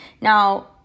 Now